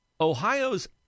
Ohio's